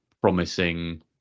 promising